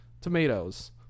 tomatoes